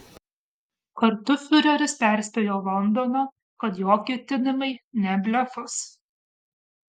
kartu fiureris perspėjo londoną kad jo ketinimai ne blefas